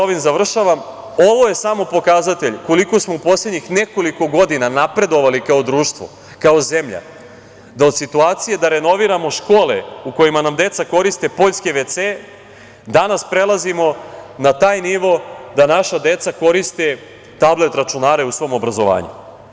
Ovo je samo pokazatelj koliko smo u poslednjih nekoliko godina napredovali kao društvo, kao zemlja, da od situacije da renoviramo škole u kojima nam deca koriste poljske toalete, danas prelazimo na taj nivo da naša deca koriste tablet računare u svom obrazovanju.